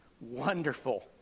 Wonderful